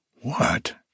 What